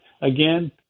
again